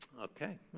Okay